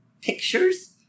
pictures